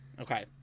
okay